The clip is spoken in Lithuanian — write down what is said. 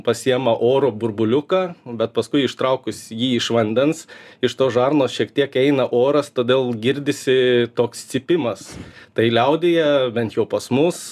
pasiema oro burbuliuką bet paskui ištraukus jį iš vandens iš tos žarnos šiek tiek eina oras todėl girdisi toks cypimas tai liaudyje bent jau pas mus